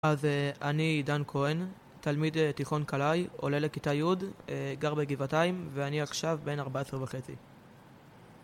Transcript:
אז אני דן כהן, תלמיד תיכון כלאי, עולה לכיתה יוד, גר בגבעתיים, ואני עכשיו בן 14 וחצי.